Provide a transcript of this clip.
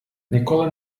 ніколи